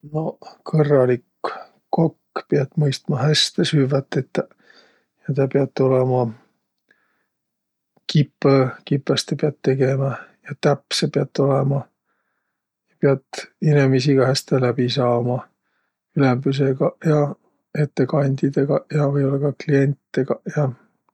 No kõrralik kokk piät mõistma häste süvväq tetäq. Ja tä piät olõma kipõ, kipõstõ piät tegemä ja täpsä piät olõma. Piät inemiisiga häste läbi saama, ülembüsegaq ja ettekandjidõgaq ja või-ollaq ka klientegaq ja.